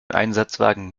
einsatzwagen